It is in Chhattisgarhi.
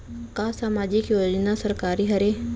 का सामाजिक योजना सरकारी हरे?